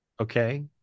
Okay